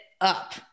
up